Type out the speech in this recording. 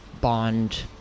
bond